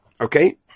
okay